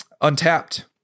Untapped